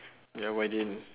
ya why didn't